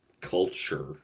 culture